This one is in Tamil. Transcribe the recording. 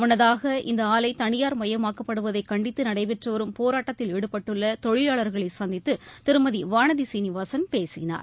முன்னதாக இந்த ஆலை தனியார்மயமாக்கப்படுவதை கண்டித்து நடைபெற்று வரும் போராட்டத்தில் ஈடுபட்டுள்ள தொழிலாளர்களை சந்தித்து திருமதி வானதி சீனிவாசன் பேசினார்